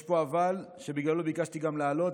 ויש פה אבל שבגללו ביקשתי גם לעלות,